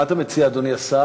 מה אתה מציע, אדוני השר?